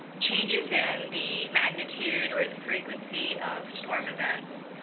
changes in the magnitude, or the frequency of storm events,